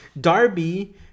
Darby